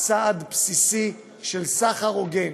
צעד בסיסי של סחר הוגן